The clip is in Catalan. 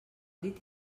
dit